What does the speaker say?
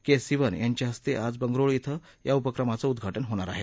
के सिवन यांच्या हस्ते आज बंगळुरु ओं या उपक्रमाचं उद्घाटन होणार आहे